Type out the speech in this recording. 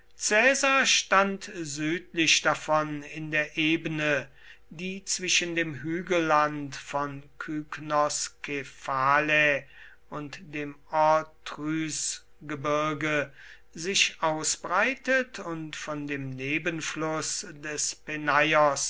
stand südlich davon in der ebene die zwischen dem hügelland von kynoskephalä und dem othrysgebirge sich ausbreitet und von dem nebenfluß des